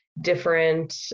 different